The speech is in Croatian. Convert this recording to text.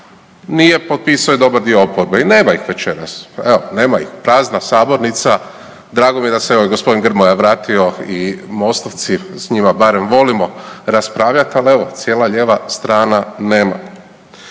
nije potpisao je dobar dio oporbe i nema ih večeras, evo nema ih, prazna sabornica. Drago mi je da se evo gospodin Grmoja vratio i MOST-ovci, s njima barem volimo raspravljati, ali evo cijela lijeva strana nema.